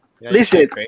Listen